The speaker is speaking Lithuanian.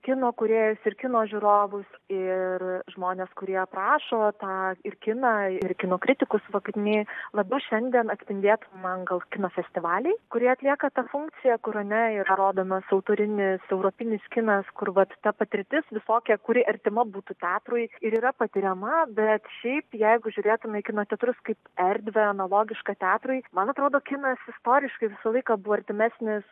kino kūrėjus ir kino žiūrovus ir žmones kurie aprašo tą ir kiną ir kino kritikus va kaip minėjai labiau šiandien atspindėti man gal kino festivaliai kurie atlieka tą funkciją kur ar ne yra rodomas autorinis europinis kinas kur vat ta patirtis visokia kuri artima būtų teatrui ir yra patiriama bet šiaip jeigu žiūrėtume į kino teatrus kaip erdvę analogišką teatrui man atrodo kinas istoriškai visą laiką buvo artimesnis